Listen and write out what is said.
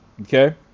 okay